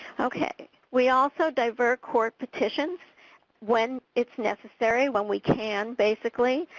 o k. we also divert court petitions when it's necessary, when we can basically,